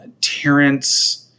Terrence